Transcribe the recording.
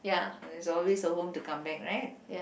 and there's always a home to come back right